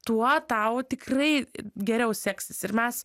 tuo tau tikrai geriau seksis ir mes